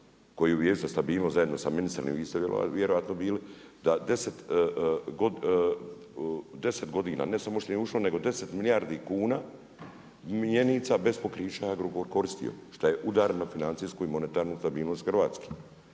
se ne razumije./… zajedno sa ministrom i vi ste vjerojatno bili, da 10 godina ne samo što nije ušlo nego 10 milijardi kuna mjenica bez pokrića je Agrokor koristio što je udar na financijsku i monetarnu stabilnost Hrvatske.